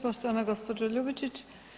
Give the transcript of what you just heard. Poštovana gospođo Ljubičić.